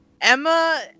Emma